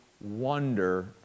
wonder